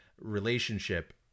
relationship